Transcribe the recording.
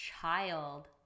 child